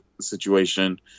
situation